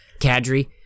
Kadri